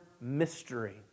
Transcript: mystery